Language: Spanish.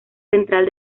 central